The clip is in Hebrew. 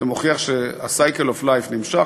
זה מוכיח שה-cycle of life נמשך,